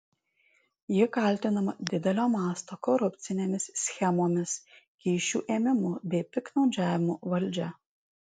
ji kaltinama didelio masto korupcinėmis schemomis kyšių ėmimu bei piktnaudžiavimu valdžia